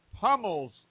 pummels